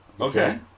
Okay